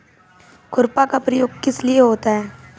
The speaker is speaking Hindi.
खुरपा का प्रयोग किस लिए होता है?